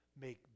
make